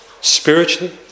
Spiritually